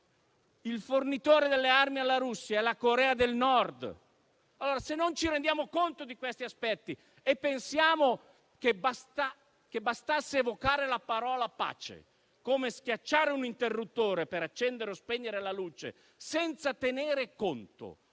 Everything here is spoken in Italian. Il fornitore delle armi alla Russia è la Corea del Nord. Allora, se non ci rendiamo conto di questi aspetti e pensiamo che basti evocare la parola pace, come se si potesse schiacciare un interruttore come si fa per accendere o spegnere la luce, senza tenere conto